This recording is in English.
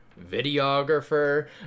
videographer